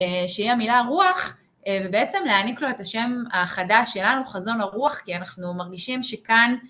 שהיא המילה רוח, ובעצם להעניק לו את השם החדש שלנו, חזון הרוח, כי אנחנו מרגישים שכאן